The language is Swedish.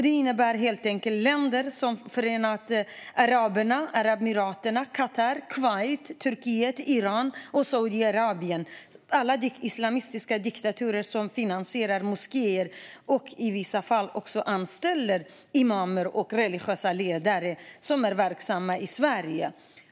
Det innebär alltså att länder som Förenade Arabemiraten, Qatar, Kuwait, Turkiet, Iran och Saudiarabien, alla islamistiska diktaturer, finansierar moskéer och i vissa fall även imamer och andra religiösa ledare som är verksamma i Sverige.